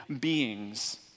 beings